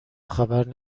خبر